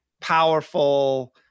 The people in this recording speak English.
powerful